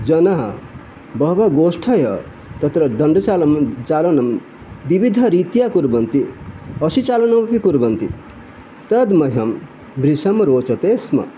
जनः बहवः गोष्ठयः तत्र दण्डचालं चालनं विविधरीत्या कुर्वन्ति असि चालनमपि कुर्वन्ति तद् मह्यं भृशं रोचते स्म